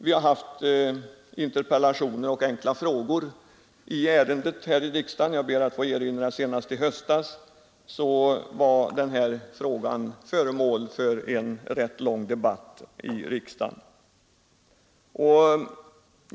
Det har förkommit interpellationer och enkla frågor i ärendet här i riksdagen. Jag ber att få erinra om att senast i höstas var den här frågan föremål för en rätt lång debatt i riksdagen.